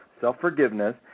self-forgiveness